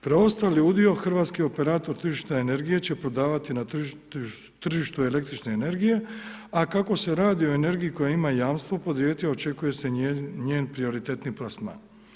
Preostali udio hrvatski operator tržišta energije će prodavati na tržištu električne energije, a kako se radi o energiji koja ima jamstvo … očekuje se njen prioritetni plasman.